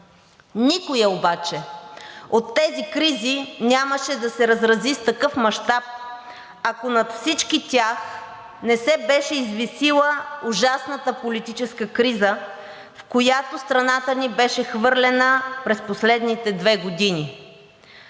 Никоя обаче от тези кризи нямаше да се разрази с такъв мащаб, ако над всички тях не се беше извисила ужасната политическа криза, в която страната ни беше хвърлена през последните две години.